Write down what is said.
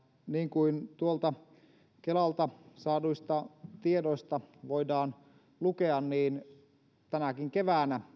niin kuin tuolta kelalta saaduista tiedoista voidaan lukea niin tänäkin keväänä